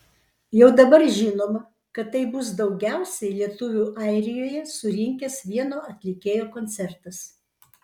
jau dabar žinoma kad tai bus daugiausiai lietuvių airijoje surinkęs vieno atlikėjo koncertas